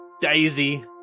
Daisy